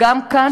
גם כאן,